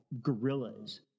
gorillas